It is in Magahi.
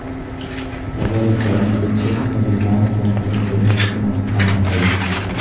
रबर उत्पादन के क्षेत्र में रिलायंस कम्पनी के महत्त्वपूर्ण स्थान हई